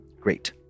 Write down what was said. Great